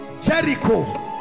Jericho